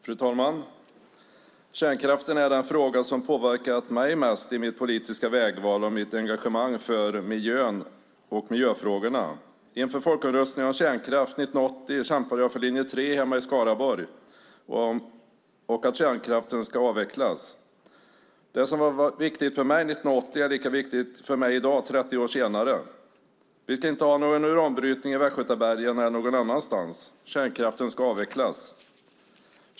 Fru talman! Kärnkraften är den fråga som har påverkat mig mest i mitt politiska vägval och i mitt engagemang för miljön och miljöfrågorna. Inför folkomröstningen om kärnkraft 1980 kämpade jag hemma i Skaraborg för linje 3 och att kärnkraften ska avvecklas. Det som var viktigt för mig 1980 är lika viktigt för mig i dag, 30 år senare. Vi ska inte ha någon uranbrytning i Västgötabergen eller någon annanstans. Kärnkraften ska avvecklas.